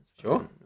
Sure